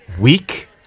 Weak